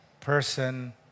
person